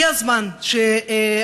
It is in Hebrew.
הגיע הזמן שהפקידים,